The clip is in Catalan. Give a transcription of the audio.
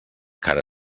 cara